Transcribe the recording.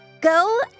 Go